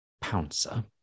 pouncer